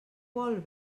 vol